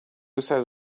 says